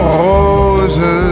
rose